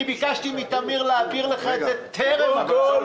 אני ביקשתי מטמיר להעביר לך את זה טרם הוועדה.